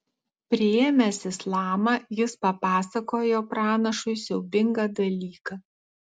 priėmęs islamą jis papasakojo pranašui siaubingą dalyką